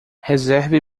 reserve